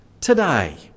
today